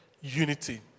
unity